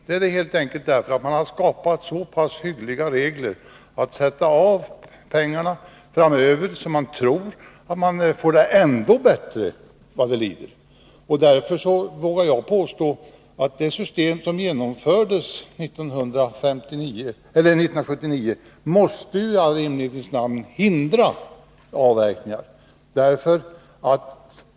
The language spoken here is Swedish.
Det är helt enkelt på det sättet att det skapats så pass hyggliga regler när det gäller att sätta av pengarna framöver att man tror att man får det ännu bättre vad det lider. Därför vågar jag påstå att det system som genomfördes 1979 i all rimlighets namn måste hindra avverkningar.